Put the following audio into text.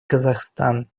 казахстан